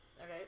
Okay